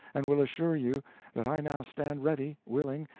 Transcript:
and will assure you that i now stand ready, willing,